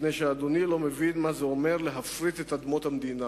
מפני שאדוני לא מבין מה זה אומר להפריט את אדמות המדינה.